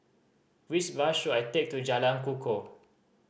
which bus should I take to Jalan Kukoh